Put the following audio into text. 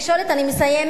אני מסיימת,